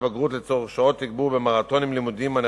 הבגרות לצורך שעות תגבור ומרתונים לימודיים,